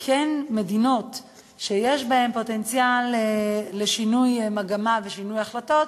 עם מדינות שיש בהן פוטנציאל לשינוי מגמה ושינוי החלטות,